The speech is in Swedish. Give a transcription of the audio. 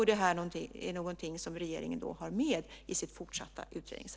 Det är något som regeringen har med i sitt fortsatta utredningsarbete.